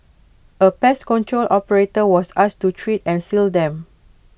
A pest control operator was asked to treat and seal them